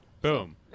boom